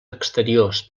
exteriors